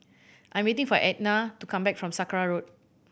I am waiting for Ednah to come back from Sakra Road